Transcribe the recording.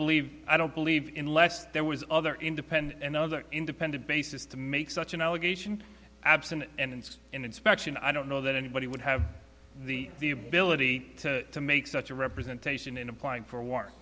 believe i don't believe in less there was other independent and other independent basis to make such an allegation absent and in inspection i don't know that anybody would have the the ability to to make such a representation in applying for a war